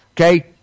okay